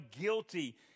guilty